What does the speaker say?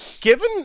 Given